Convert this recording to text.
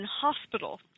hospital